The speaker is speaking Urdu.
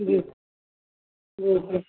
جی جی جی